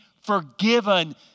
forgiven